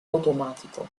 automatico